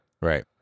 Right